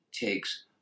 takes